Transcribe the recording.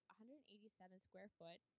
187-square-foot